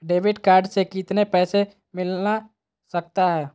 Debit card से कितने पैसे मिलना सकता हैं?